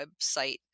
website